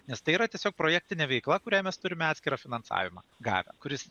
nes tai yra tiesiog projektinė veikla kuriai mes turime atskirą finansavimą gavę kuris